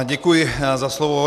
Děkuji za slovo.